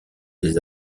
des